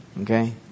Okay